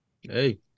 hey